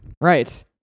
Right